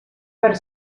per